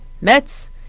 Mets